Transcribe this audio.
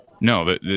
no